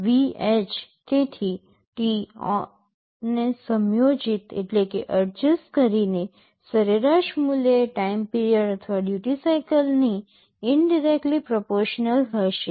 VH તેથી t on ને સમયોજિત કરીને સરેરાશ મૂલ્ય એ ટાઇમ પીરિયડ અથવા ડ્યૂટિ સાઇકલની ઇંડિરેકટલી પ્રપોર્શનલ હશે